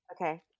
Okay